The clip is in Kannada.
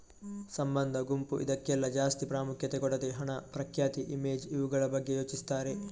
ಸಂಬಂಧ, ಗುಂಪು ಇದ್ಕೆಲ್ಲ ಜಾಸ್ತಿ ಪ್ರಾಮುಖ್ಯತೆ ಕೊಡದೆ ಹಣ, ಪ್ರಖ್ಯಾತಿ, ಇಮೇಜ್ ಇವುಗಳ ಬಗ್ಗೆ ಯೋಚಿಸ್ತಾರೆ